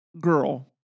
girl